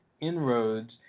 inroads